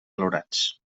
valorats